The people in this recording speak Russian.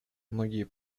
многие